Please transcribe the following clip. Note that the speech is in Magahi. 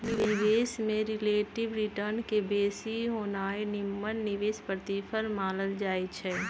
निवेश में रिलेटिव रिटर्न के बेशी होनाइ निम्मन निवेश प्रतिफल मानल जाइ छइ